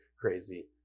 crazy